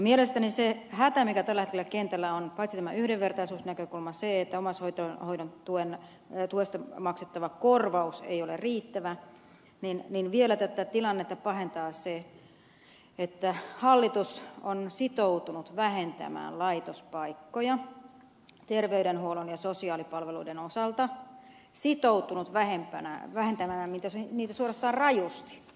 mielestäni se hätä mikä tällä hetkellä kentällä on johtuu paitsi tästä yhdenvertaisuusnäkökulmasta siitä että omaishoidon tuesta maksettava korvaus ei ole riittävä myös siitä että tätä tilannetta pahentaa vielä se että hallitus on sitoutunut vähentämään laitospaikkoja terveydenhuollon ja sosiaalipalveluiden osalta sitoutunut vähentämään niitä suorastaan rajusti